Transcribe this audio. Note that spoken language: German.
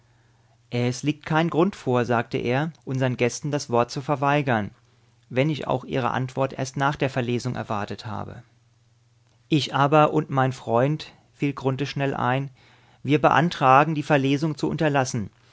es liegt kein grund vor sagte er unsern gästen das wort zu verweigern wenn ich auch ihre antwort erst nach der verlesung erwartet habe ich aber und mein freund fiel grunthe schnell ein wir beantragen die verlesung zu unterlassen